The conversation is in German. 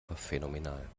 phänomenal